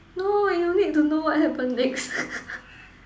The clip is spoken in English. no you need to know what happen next